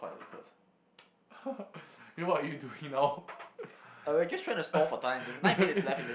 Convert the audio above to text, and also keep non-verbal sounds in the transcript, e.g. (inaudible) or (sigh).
(laughs) then what are you doing now (laughs)